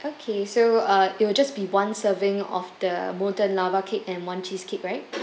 okay so uh it will just be one serving of the molten lava cake and one cheesecake right